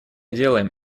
делаем